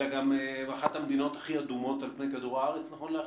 אלא גם אחת המדינות הכי אדומות על פי כדור הארץ נכון לעכשיו.